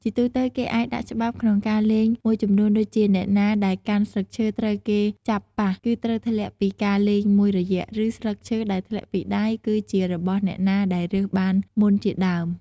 ជាទូទៅ គេអាចដាក់ច្បាប់ក្នុងការលេងមួយចំនួនដូចជា អ្នកណាដែលកាន់ស្លឹកឈើត្រូវគេចាប់ប៉ះ គឺត្រូវធ្លាក់ពីការលេងមួយរយៈ ឬ ស្លឹកឈើដែលធ្លាក់ពីដៃ គឺជារបស់អ្នកណាដែលរើសបានមុនជាដើម។